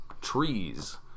trees